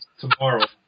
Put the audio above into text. tomorrow